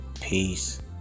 Peace